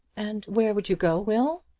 and where would you go, will?